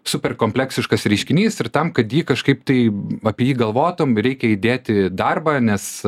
super kompleksiškas reiškinys ir tam kad ji kažkaip tai apie jį galvotum reikia įdėti darbą nes